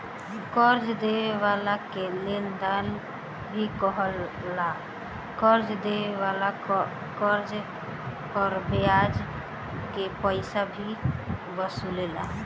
कर्जा देवे वाला के लेनदार भी कहाला, कर्जा देवे वाला कर्ज पर ब्याज के पइसा भी वसूलेला